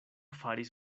faris